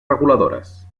reguladores